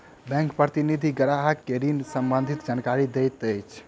bank प्रतिनिधि ग्राहक के ऋण सम्बंधित जानकारी दैत अछि